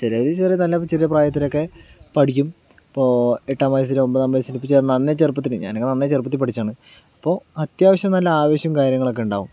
ചിലര് ചെറിയ നല്ല ചെറിയ പ്രായത്തിലക്കെ പഠിക്കും ഇപ്പോൾ എട്ടാം വയസ്സിലോ ഒമ്പതാം വയസ്സിലോ ഇപ്പോ നന്നേ ചെറുപ്പത്തില് ഞാനൊക്കെ നന്നേ ചെറുപ്പത്തിൽ പഠിച്ചതാണ് ഇപ്പോൾ അത്യാവശ്യം നല്ല ആവേശവും കാര്യങ്ങളൊക്കെ ഉണ്ടാകും